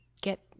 get